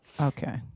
okay